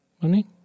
money